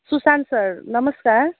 Sushant sir नमस्कार